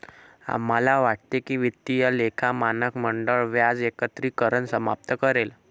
आम्हाला वाटते की वित्तीय लेखा मानक मंडळ व्याज एकत्रीकरण समाप्त करेल